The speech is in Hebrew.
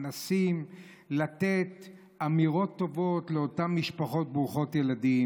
מנסים לתת אמירות טובות לאותן משפחות ברוכות ילדים,